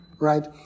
right